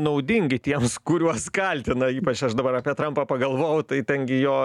naudingi tiems kuriuos kaltina ypač aš dabar apie trampą pagalvojau tai ten gi jo